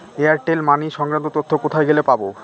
Airtel money সংক্রান্ত তথ্য কোথায় গেলে পাব?